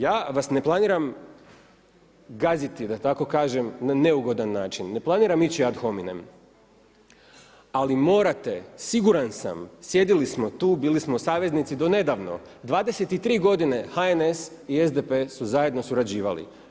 Ja vas ne planiram gaziti da tako kažem na neugodan način, ne planiram ići ad hominem ali morate, siguran sam, sjedili smo tu, bili smo saveznici do nedavno, 23 godine HNS i SDP su zajedno surađivali.